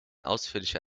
ausführlicher